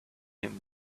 him